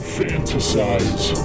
fantasize